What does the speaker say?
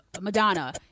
Madonna